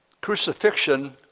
crucifixion